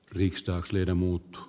rikistä useiden muut